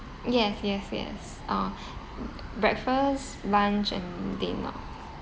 yes yes yes uh breakfast lunch and dinner